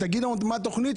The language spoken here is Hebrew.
תגידו מה התכנית,